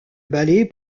ballets